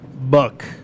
Buck